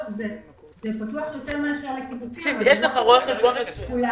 זה פתוח יותר מאשר לקיבוצים אבל זה לא --- את כולם.